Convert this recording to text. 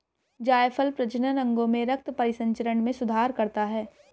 जायफल प्रजनन अंगों में रक्त परिसंचरण में सुधार करता है